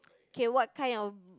K what kind of b~